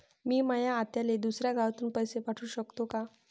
मी माया आत्याले दुसऱ्या गावातून पैसे पाठू शकतो का?